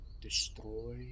Destroy